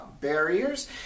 barriers